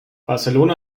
barcelona